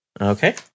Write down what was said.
Okay